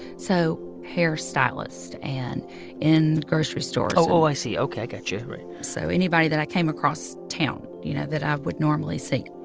so hairstylists and in grocery stores oh, i see. ok, i got you. right so anybody that i came across town, you know, that i would normally see.